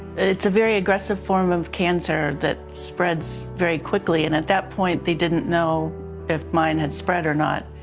it is a very aggressive form of cancer that spreads very quickly. and at that point, we didn't know if mine had spread or not.